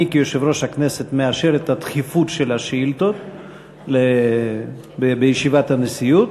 אני כיושב-ראש הכנסת מאשר את הדחיפות של השאילתות בישיבת הנשיאות